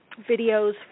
videos